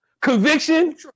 conviction